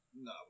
No